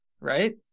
right